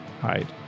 hide